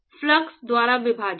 flux द्वारा विभाजित